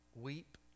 Weep